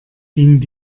ging